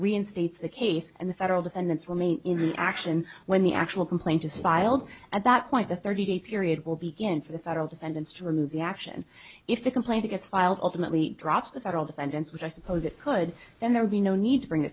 reinstates the case and the federal defendants will me into the action when the actual complaint is filed at that point the thirty day period will begin for the federal defendants to remove the action if the complaint gets filed ultimately drops the federal defendants which i suppose it could then there would be no need to bring